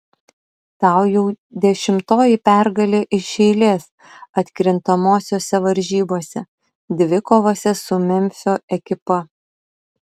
tai jau dešimtoji pergalė iš eilės atkrintamosiose varžybose dvikovose su memfio ekipa